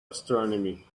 astronomy